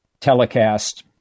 telecast